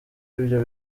ibyo